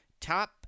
Top